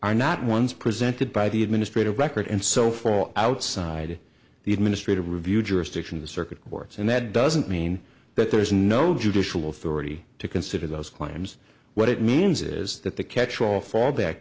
are not ones presented by the administrative record and so for outside the administrative review jurisdiction the circuit boards and that doesn't mean that there is no judicial authority to consider those claims what it means is that the catchall fallback